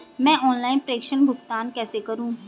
मैं ऑनलाइन प्रेषण भुगतान कैसे करूँ?